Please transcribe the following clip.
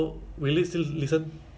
um connect you